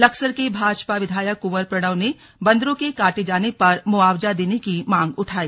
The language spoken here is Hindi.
लक्सर के भाजपा विधायक कुंवर प्रणव ने बंदरों के काटे जाने पर मुआवजा देने की मांग उठाई